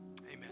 Amen